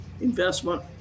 investment